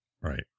Right